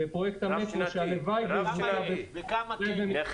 ופרויקט המצ'ינג שהלוואי --- נחמיה,